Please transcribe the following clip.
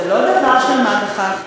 זה לא דבר של מה בכך,